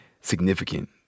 significant